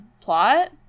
plot